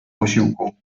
posiłku